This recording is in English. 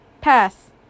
Pass